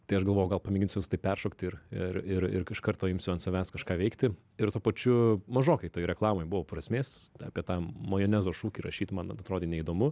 tai aš galvoju gal pamėginsiu visa tai peršokti ir ir ir iš karto imsiu ant savęs kažką veikti ir tuo pačiu mažokai toj reklamoj buvo prasmės apie tą majonezo šūkį rašyt man atrodė neįdomu